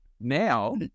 Now